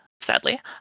sadly